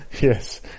Yes